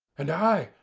and i,